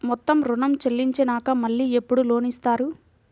మొత్తం ఋణం చెల్లించినాక మళ్ళీ ఎప్పుడు లోన్ ఇస్తారు?